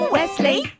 Wesley